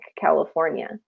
California